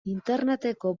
interneteko